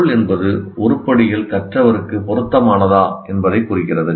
பொருள் என்பது உருப்படிகள் கற்றவருக்கு பொருத்தமானதா என்பதைக் குறிக்கிறது